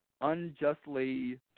unjustly